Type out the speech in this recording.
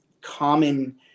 common